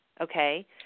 okay